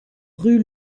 rue